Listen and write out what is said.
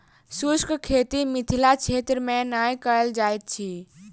शुष्क खेती मिथिला क्षेत्र मे नै कयल जाइत अछि